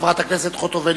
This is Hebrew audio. חברת הכנסת חוטובלי,